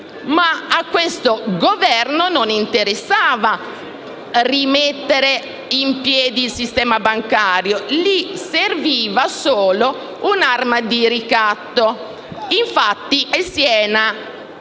Al Governo però non interessava rimettere in piedi il sistema bancario: gli serviva solo un'arma di ricatto. Infatti, nella